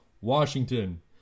Washington